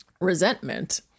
resentment